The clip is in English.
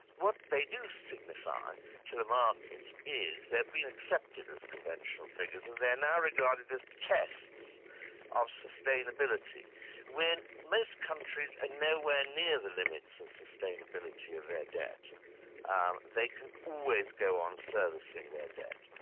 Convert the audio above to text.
what they do signify to the markets is they've been accepted as conventional figures and they're now regarded as tests of sustainability when most countries are nowhere near the limits of sustainability of their debt um they can always go on servicing their debt.